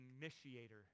initiator